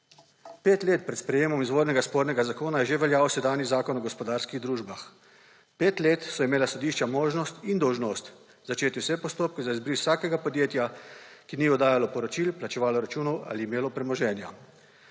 Pet let pred sprejetjem izvornega spornega zakona je že veljal sedanji Zakon o gospodarskih družbah. Pet let so imela sodišča možnost in dolžnost začeti vse postopke za izbris vsakega podjetja, ki ni oddajalo poročil, plačevalo računov ali imelo premoženja.